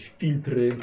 filtry